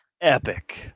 epic